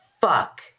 fuck